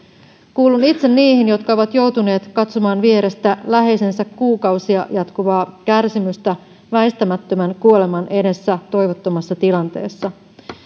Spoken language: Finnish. kuulun itse niihin jotka ovat joutuneet katsomaan vierestä läheisensä kuukausia jatkuvaa kärsimystä väistämättömän kuoleman edessä toivottomassa tilanteessa